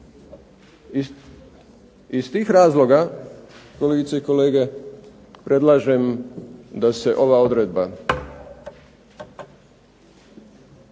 Iz tih razloga, kolegice i kolege, predlažem da se ova odredba